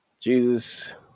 Jesus